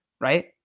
right